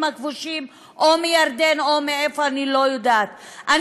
הכבושים או מירדן או אני לא יודעת מאיפה,